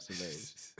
amazing